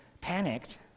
panicked